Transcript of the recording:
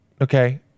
Okay